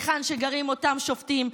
היכן שגרים אותם שופטים,